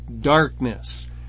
darkness